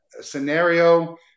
scenario